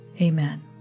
Amen